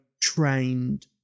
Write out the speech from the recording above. trained